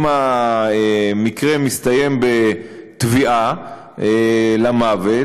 אם המקרה מסתיים בטביעה למוות,